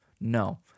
no